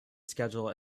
schedule